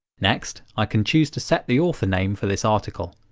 next, i can choose to set the author name for this article.